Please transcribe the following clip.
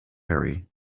harry